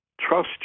Trust